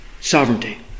sovereignty